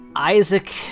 Isaac